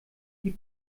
die